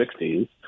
1960s